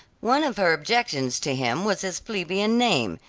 one of her objections to him was his plebeian name,